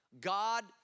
God